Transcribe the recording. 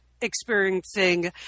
experiencing